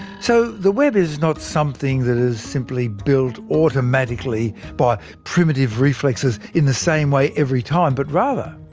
so the web is not something that is simply built automatically, by primitive reflexes, in the same way every time, but rather,